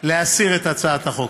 להסיר את הצעת החוק.